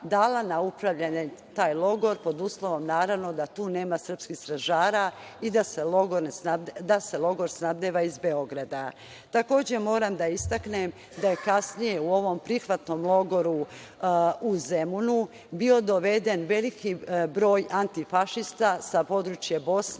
dala na upravljanje taj logor pod uslovom, naravno, da tu nema srpskih stražara i da se logor snabdeva iz Beograda. Takođe moram da istaknem da je kasnije u ovom prihvatnom logoru u Zemunu, bio doveden veliki broj antifašista sa područja Bosne,